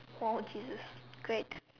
oh Jesus great